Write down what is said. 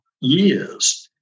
years